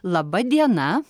laba diena